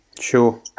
Sure